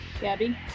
Gabby